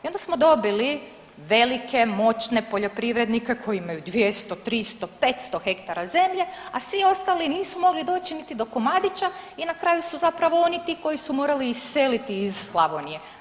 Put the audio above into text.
I onda smo dobili velike, moćne poljoprivrednike koji imaju 200, 300, 500 hektara, a svi ostali nisu mogli doći niti do komadića i na kraju zapravo oni ti koji su morali iseliti iz Slavonije.